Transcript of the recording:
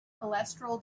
cholesterol